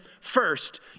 first